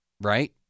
right